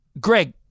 Greg